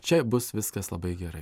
čia bus viskas labai gerai